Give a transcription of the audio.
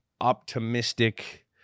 optimistic